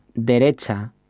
derecha